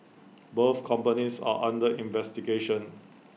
both companies are under investigation